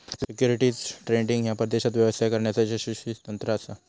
securities trading ह्या परदेशात व्यवसाय करण्याचा यशस्वी तंत्र असा